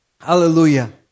Hallelujah